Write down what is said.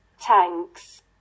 tanks